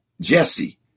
Jesse